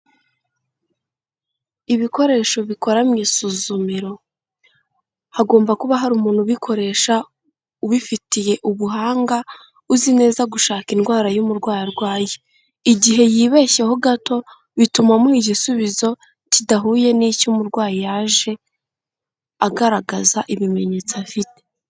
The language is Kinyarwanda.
Ibikoresho bikora mu isuzumiro, hagomba kuba hari umuntu ubikoresha ubifitiye ubuhanga uzi neza gushaka indwara y'umurwayi arwaye. Igihe yibeshyeho gato bituma amuha igisubizo kidahuye n'icyo umurwayi yaje agaragaza ibimenyetso afite.